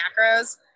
macros